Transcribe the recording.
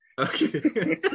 Okay